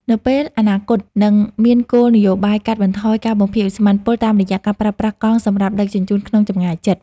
នៅពេលអនាគតនឹងមានគោលនយោបាយកាត់បន្ថយការបំភាយឧស្ម័នពុលតាមរយៈការប្រើប្រាស់កង់សម្រាប់ដឹកជញ្ជូនក្នុងចម្ងាយជិត។